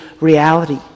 reality